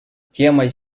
темой